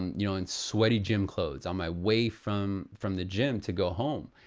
um you know, in sweaty gym clothes on my way from from the gym to go home.